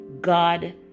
God